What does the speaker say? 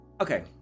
okay